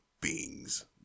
beings